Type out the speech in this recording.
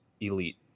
elite